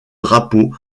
drapeau